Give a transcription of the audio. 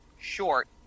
short